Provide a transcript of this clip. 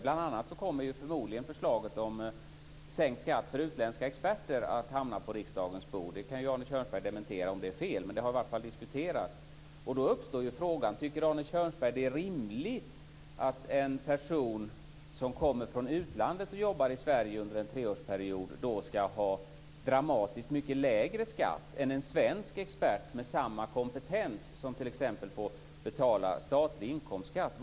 Bl.a. kommer förmodligen förslaget om sänkt skatt för utländska experter att hamna på riksdagens bord. Det kan Arne Kjörnsberg dementera om det är fel, men det har i varje fall diskuterats. Då uppstår frågan: Tycker Arne Kjörnsberg att det är rimligt att en person som kommer från utlandet och jobbar i Sverige under en treårsperiod ska ha dramatiskt mycket lägre skatt än en svensk expert med samma kompetens som t.ex. får betala statlig inkomstskatt?